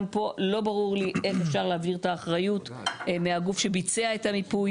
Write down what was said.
גם פה לא ברור לי איך אפשר להעביר את האריות מהגוף שביצע את המיפוי